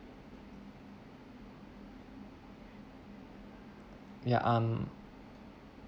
ya I'm